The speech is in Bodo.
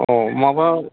औ माबा